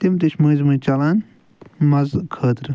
تِم تہِ چھِ مٔنٛزۍ مٔنٛزۍ چلان مزٕ خٲطرٕ